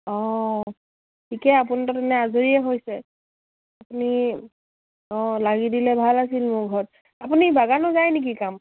অঁ ঠিকে আপুনি তাৰমানে আজৰিয়েই হৈছে আপুনি অঁ লাগি দিলে ভাল আছিল মোৰ ঘৰত আপুনি বাগানো যায় নেকি কাম